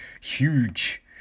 huge